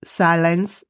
silence